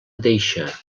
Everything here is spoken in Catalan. deixa